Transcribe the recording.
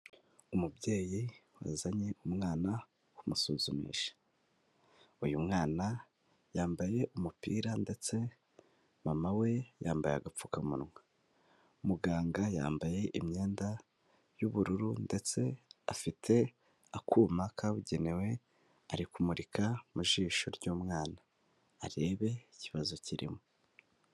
Umubyeyi wazanye umwana kumusuzumisha. Uyu mwana yambaye umupira ndetse mama we yambaye agapfukamunwa, muganga yambaye imyenda y'ubururu ndetse afite akuma kabugenewe ari kumurika mu jisho ry'umwana arebe ikibazo kirimo.